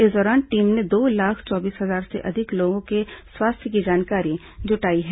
इस दौरान टीम ने दो लाख चौबीस हजार से अधिक लोगों के स्वास्थ्य की जानकारी जुटाई है